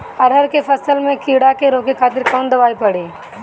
अरहर के फसल में कीड़ा के रोके खातिर कौन दवाई पड़ी?